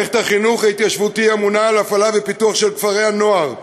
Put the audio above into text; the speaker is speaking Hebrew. מערכת החינוך ההתיישבותי אמונה על הפעלה ופיתוח של כפרי-הנוער,